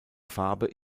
farbe